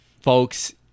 folks